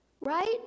Right